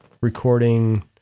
recording